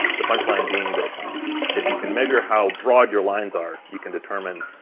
the punchline being that if you can measure how broad your lines are, you can determine